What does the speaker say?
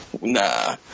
nah